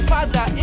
Father